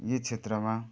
यी क्षेत्रमा